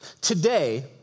Today